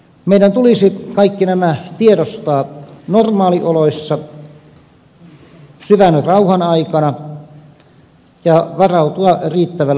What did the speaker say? meidän tulisi kaikki nämä tiedostaa normaalioloissa syvän rauhan aikana ja varautua riittävällä tavalla